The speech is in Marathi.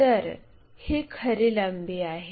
तर ही खरी लांबी आहे